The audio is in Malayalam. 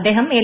അദ്ദേഹം എൽ